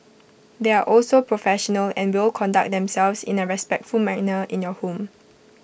they are also professional and will conduct themselves in A respectful manner in your home